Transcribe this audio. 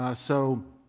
ah so